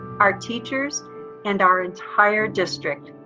our teachers and our entire district.